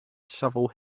shovel